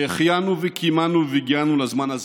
שהחיינו וקיימנו והגיענו לזמן הזה.